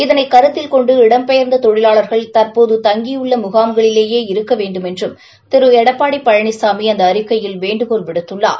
இதனை கருத்தில் கொண்டு இடம்பெயர்ந்த தொழிலாளர்கள் தற்போது தங்கியுள்ள முகாம்களிலேயே இருக்க வேண்டுமென்றும் திரு எடப்பாடி பழனிசாமி அந்த அறிக்கையில் வேண்டுகோள் விடுத்துள்ளார்